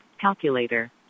Calculator